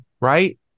right